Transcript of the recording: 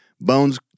bones